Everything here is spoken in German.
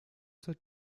zur